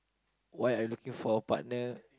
why I looking for a partner